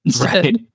Right